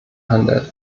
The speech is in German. handeln